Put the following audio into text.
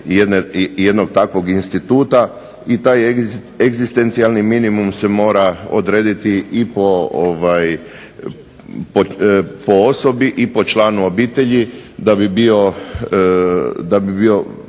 jednog takvog instituta i taj egzistencijalni minimum se mora odrediti i po osobi i po članu obitelji da bi bio